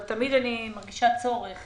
אבל אני מרגישה צורך